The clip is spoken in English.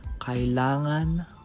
Kailangan